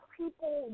people